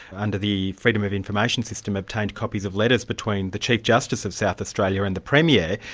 under the freedom of information system, obtained copies of letters between the chief justice of south australia and the premier,